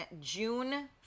June